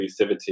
inclusivity